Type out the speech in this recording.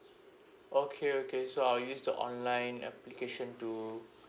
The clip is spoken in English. okay okay so I'll use the online application to